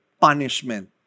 punishment